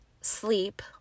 sleep